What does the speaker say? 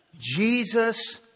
Jesus